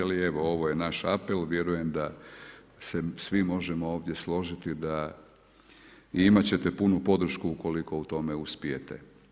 Ali, evo, ovo je naš apel, vjerujem da se svi možemo ovdje složiti i imati ćete punu podršku ukoliko u tome uspijete.